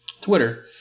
Twitter